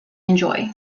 enjoy